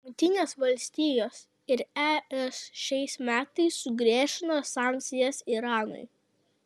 jungtinės valstijos ir es šiais metais sugriežtino sankcijas iranui